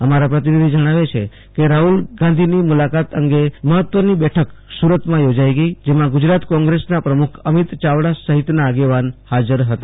અમારા પ્રતિનિધિ જણાવે છે કે રાહૂલ ગાંધીની મુલાકાત અંગે મહત્વની બેઠક સુરતમાં યોજાઈ ગઈ જેમાં ગુજરાત કોંગ્રેસના પ્રમુખ અમિત યાવડા સહિતના આગેવાનો હાજર હતા